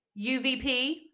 UVP